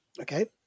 Okay